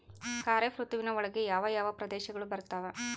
ಖಾರೇಫ್ ಋತುವಿನ ಒಳಗೆ ಯಾವ ಯಾವ ಪ್ರದೇಶಗಳು ಬರ್ತಾವ?